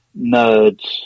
nerds